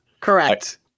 Correct